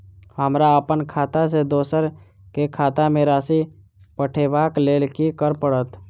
हमरा अप्पन खाता सँ दोसर केँ खाता मे राशि पठेवाक लेल की करऽ पड़त?